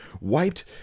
wiped